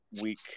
week